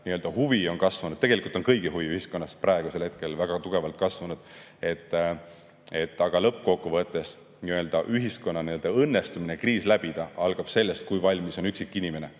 nii-öelda huvi on kasvanud. Tegelikult on kõigi huvi ühiskonnas praegusel hetkel väga tugevalt kasvanud. Aga lõppkokkuvõttes algab nii-öelda ühiskonna õnnestumine kriis läbida sellest, kui valmis on üksik inimene,